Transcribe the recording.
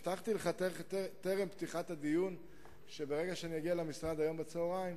הבטחתי לך טרם פתיחת הדיון שברגע שאני אגיע למשרד היום בצהריים,